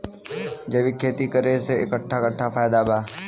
जैविक खेती करे से कट्ठा कट्ठा फायदा बा?